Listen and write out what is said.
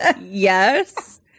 Yes